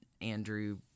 Andrew